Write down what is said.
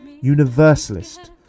universalist